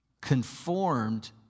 Conformed